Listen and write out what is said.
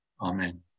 Amen